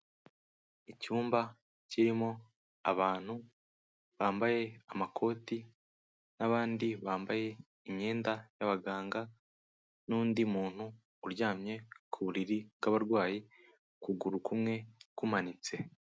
Icyumba kirimo abantu bambaye amakoti n'abandi bambaye imyenda y'abaganga n'undi muntu uryamye ku buriri bw'abarwayi, ukuguru kumwe kumanitse.